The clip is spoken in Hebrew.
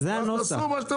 זה הנוסח.